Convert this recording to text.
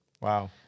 wow